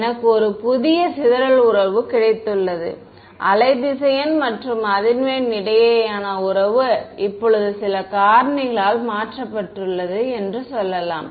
எனக்கு ஒரு புதிய சிதறல் உறவு கிடைத்துள்ளது வேவ் வெக்டர் மற்றும் அதிர்வெண் இடையேயான உறவு இப்போது சில காரணிகளால் மாற்றப்பட்டுள்ளது என்று சொல்லலாம்